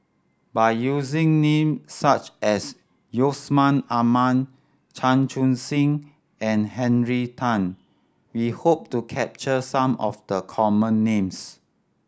by using names such as Yusman Aman Chan Chun Sing and Henry Tan we hope to capture some of the common names